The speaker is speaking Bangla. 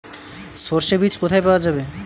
সর্ষে বিজ কোথায় পাওয়া যাবে?